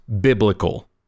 biblical